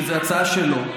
שזו הצעה שלו,